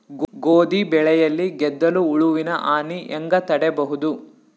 ಗೋಧಿ ಬೆಳೆಯಲ್ಲಿ ಗೆದ್ದಲು ಹುಳುವಿನ ಹಾನಿ ಹೆಂಗ ತಡೆಬಹುದು?